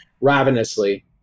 ravenously